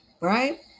right